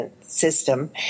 System